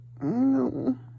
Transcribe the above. No